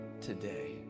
today